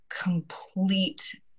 complete